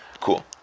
cool